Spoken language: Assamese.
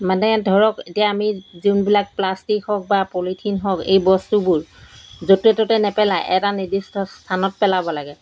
মানে ধৰক এতিয়া আমি যোনবিলাক প্লাষ্টিক হওক বা পলিথিন হওক এই বস্তুবোৰ য'তে ত'তে নেপেলাই এটা নিৰ্দিষ্ট স্থানত পেলাব লাগে